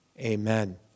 amen